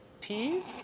T's